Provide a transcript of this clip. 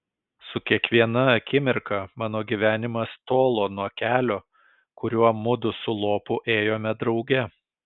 su kiekviena akimirka mano gyvenimas tolo nuo kelio kuriuo mudu su lopu ėjome drauge